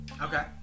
Okay